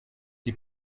die